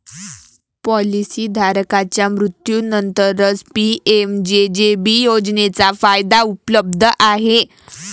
policy धारकाच्या मृत्यूनंतरच PMJJBY योजनेचा फायदा उपलब्ध आहे